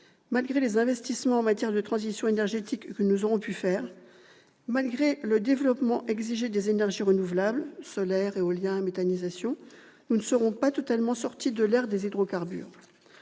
malgré nos investissements en matière de transition énergétique, malgré le développement des énergies renouvelables- solaire, éolien, méthanisation ...-, nous ne serons pas totalement sortis de l'ère des hydrocarbures.